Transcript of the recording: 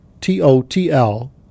t-o-t-l